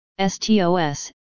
STOS